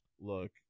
Look